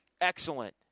excellent